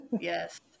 Yes